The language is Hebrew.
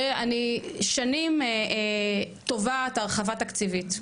אני שנים תובעת הרחבה תקציבית,